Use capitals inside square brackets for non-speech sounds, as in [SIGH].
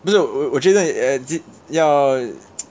不是我我觉得要 [NOISE]